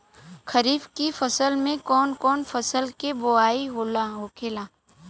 खरीफ की फसल में कौन कौन फसल के बोवाई होखेला?